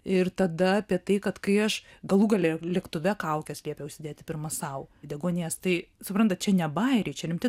ir tada apie tai kad kai aš galų gale lėktuve kaukes liepė užsidėti pirma sau deguonies tai suprantat čia ne bajeriai čia rimti